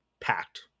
packed